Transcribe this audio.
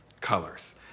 colors